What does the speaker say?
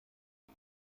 wie